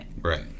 Right